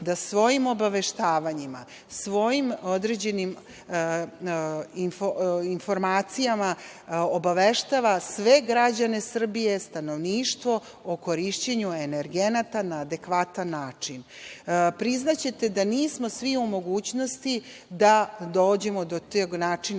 da svojim obaveštavanjima, svojim određenim informacijama obaveštava sve građane Srbije, stanovništvo o korišćenju energenata na adekvatan način. Priznaćete da nismo svi u mogućnosti da dođemo do tog načina